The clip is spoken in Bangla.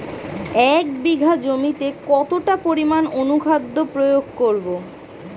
এক বিঘা জমিতে কতটা পরিমাণ অনুখাদ্য প্রয়োগ করব?